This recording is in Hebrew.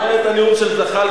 אני קורא את הנאום של זחאלקה,